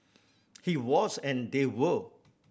he was and they were